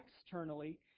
externally